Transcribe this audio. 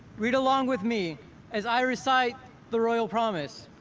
read along with me as i recite the royal promise.